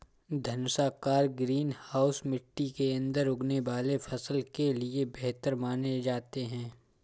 धनुषाकार greenhouse मिट्टी के अंदर उगने वाले फसल के लिए बेहतर माने जाते हैं